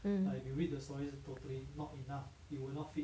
mm